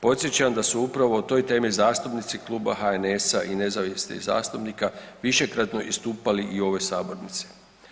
Podsjećam da su upravo o toj temi zastupnici kluba HNS-a i nezavisnih zastupnika višekratno istupali i u ovoj sabornici.